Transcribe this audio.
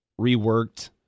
reworked